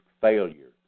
failure